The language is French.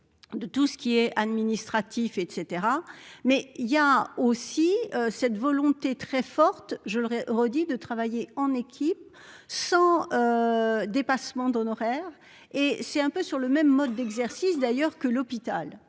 De tout ce qui est administratif, etc mais il y a aussi cette volonté très forte. Je le redis, de travailler en équipe, sans. Dépassement d'honoraires et c'est un peu sur le même mode d'exercice d'ailleurs que l'hôpital